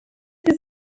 his